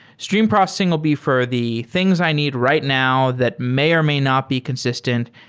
stream processing will be for the things i need right now that may or may not be consistent.